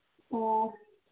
ꯑꯣ